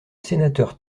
sénateur